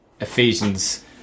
Ephesians